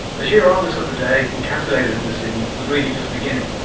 the sheer oddness of the day, encapsulated in this scene, was really just beginning.